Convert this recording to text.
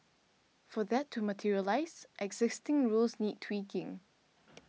for that to materialise existing rules need tweaking